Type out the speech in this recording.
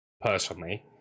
personally